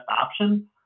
option